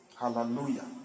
hallelujah